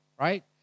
right